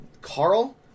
Carl